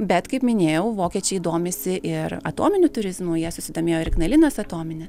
bet kaip minėjau vokiečiai domisi ir atominiu turizmu jie susidomėjo ir ignalinos atomine